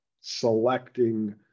selecting